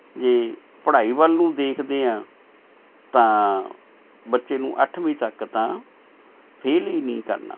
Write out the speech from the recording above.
ਜੇ ਪੜ੍ਹਾਈ ਵੱਲ ਨੂੰ ਦੇਖਦੇ ਹਾਂ ਤਾਂ ਬੱਚੇ ਨੂੰ ਅੱਠਵੀਂ ਤੱਕ ਤਾਂ ਫੇਲ ਹੀ ਨਹੀਂ ਕਰਨਾ